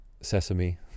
Sesame